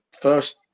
first